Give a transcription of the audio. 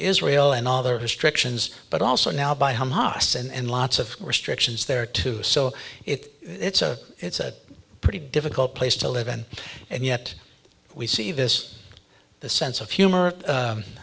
israel and all the restrictions but also now by hamas and lots of restrictions there too so it's a it's a pretty difficult place to live in and yet we see this the sense of humor